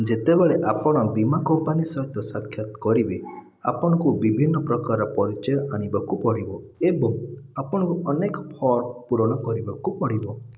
ଯେତେବେଳେ ଆପଣ ବୀମା କମ୍ପାନୀ ସହିତ ସାକ୍ଷାତ କରିବେ ଆପଣଙ୍କୁ ବିଭିନ୍ନ ପ୍ରକାର ପରିଚୟ ଆଣିବାକୁ ପଡ଼ିବ ଏବଂ ଆପଣଙ୍କୁ ଅନେକ ଫର୍ମ୍ ପୂରଣ କରିବାକୁ ପଡ଼ିବ